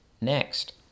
Next